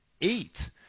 eight